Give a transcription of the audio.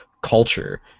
culture